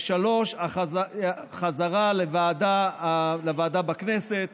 3. חזרה לוועדה בכנסת